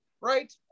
right